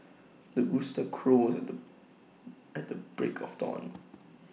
the rooster crows at the at the break of dawn